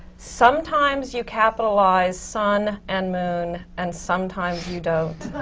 sometimes you capitalize sun and moon and sometimes you don't.